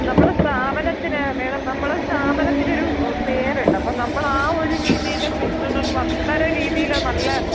നമ്മുടെ സ്ഥാപനത്തിന് മേഡം നമ്മടെ സ്ഥാപനത്തിനൊരു പേരുണ്ട് ഇപ്പം നമ്മൾ ആ ഒരു രീതിയിൽ പിന്തുടർന്ന് അത്തരം രീതിയിൽ നല്ല